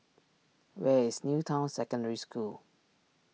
where is New Town Secondary School